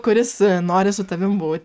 kuris nori su tavimi būt